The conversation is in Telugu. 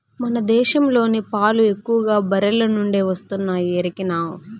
మన దేశంలోని పాలు ఎక్కువగా బర్రెల నుండే వస్తున్నాయి ఎరికనా